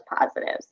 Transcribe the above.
positives